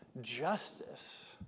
justice